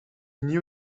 knew